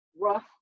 rough